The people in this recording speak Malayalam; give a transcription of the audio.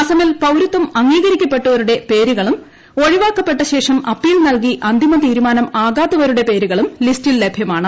അസമിൽ പൌരത്വം അംഗീകരിക്കപ്പെട്ടവരുടെ പേരുകളും ൂ ഒഴിവാക്കപ്പെട്ട ശേഷം അപ്പീൽ നൽകി അന്തിമ തീരുമാനം ആക്ടാത്തവരുടെ പേരുകളും ലിസ്റ്റിൽ ലഭ്യമാണ്